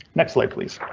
next light, please.